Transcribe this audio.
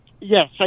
Yes